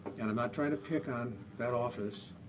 and i'm not trying to pick on that office,